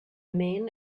men